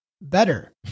better